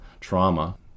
trauma